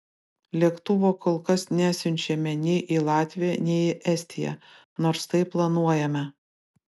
lėktuvo kol kas nesiunčiame nei į latviją nei į estiją nors tai planuojame